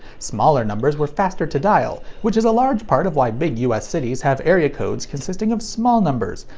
smaller numbers were faster to dial, which is a large part of why big us cities have area codes consisting of small numbers,